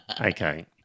okay